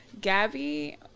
Gabby